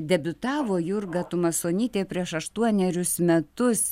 debiutavo jurga tumasonytė prieš aštuonerius metus